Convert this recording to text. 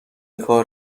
کار